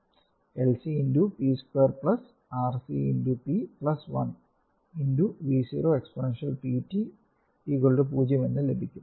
LC × p 2 RC × p 1 × V0 exponential pt 0 എന്ന് ലഭിക്കും